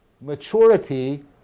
maturity